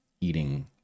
eating